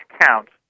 counts